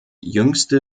jüngste